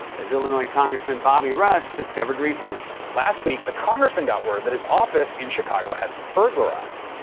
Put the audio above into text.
as illinois congressman bobby rush discovered recently. last week, the congressman got word that his office in chicago had been burglarized.